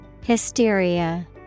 Hysteria